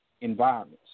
environments